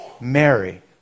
Mary